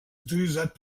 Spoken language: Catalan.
utilitzat